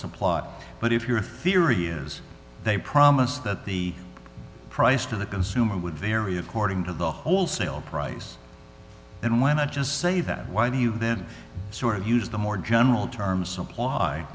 supply but if your theory is they promised that the price to the consumer would vary according to the wholesale price and why not just say that why do you then sort of use the more general terms supply